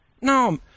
No